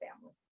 family